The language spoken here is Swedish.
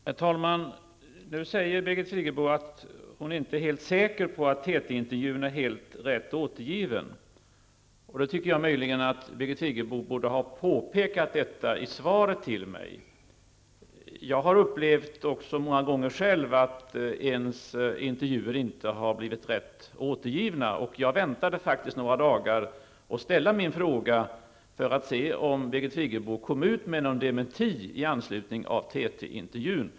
Herr talman! Nu säger Birigt Friggebo att hon inte är helt säker på att TT-intevjun är helt rätt återgiven. Jag tycker möjligen att Birgit Friggebo borde ha påpekat detta i svaret till mig. Jag har själv många gånger upplevt att mina intervjuer inte har blivit rätt återgivna. Jag väntade faktiskt några dagar med att ställa min fråga för att se om Birgit Friggebo skulle komma ut med någon dementi i anslutning till TT-intervjun.